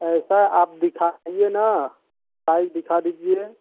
ऐसा आप दिखाइए न साइज़ दिखा दीजिए